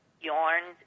yarns